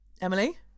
Emily